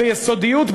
ביסודיות,